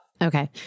Okay